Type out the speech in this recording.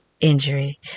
injury